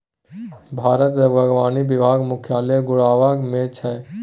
भारतक बागवानी विभाग मुख्यालय गुड़गॉव मे छै